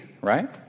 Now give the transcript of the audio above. right